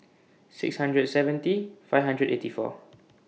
six hundred and seventy five hundred and eighty four